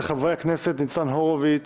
של חברי הכנסת ניצן הורוביץ